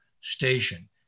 station